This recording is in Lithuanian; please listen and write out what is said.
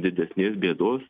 didesnės bėdos